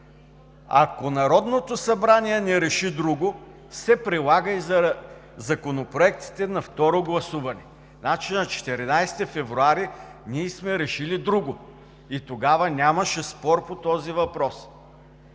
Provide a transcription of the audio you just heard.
ако Народното събрание не реши друго, се прилага и за законопроектите на второ гласуване.“ Значи, на 14 февруари ние сме решили друго и тогава нямаше спор по този въпрос.